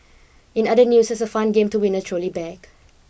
in other news here's a fun game to win a trolley bag